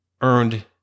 earned